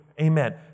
Amen